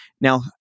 Now